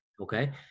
Okay